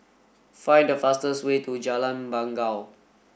find the fastest way to Jalan Bangau